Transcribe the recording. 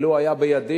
ולו היה בידי,